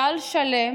גל שלם